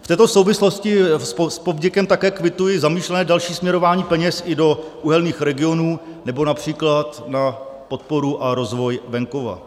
V této souvislosti s povděkem také kvituji zamýšlené další směrování peněz i do uhelných regionů nebo například na podporu a rozvoj venkova.